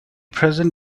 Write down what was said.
present